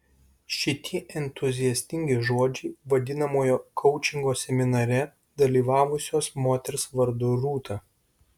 šitie entuziastingi žodžiai vadinamojo koučingo seminare dalyvavusios moters vardu rūta